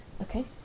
Okay